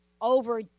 over